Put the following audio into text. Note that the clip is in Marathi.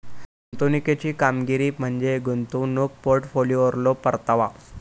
गुंतवणुकीची कामगिरी म्हणजे गुंतवणूक पोर्टफोलिओवरलो परतावा